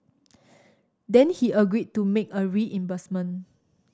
then he agreed to make a reimbursement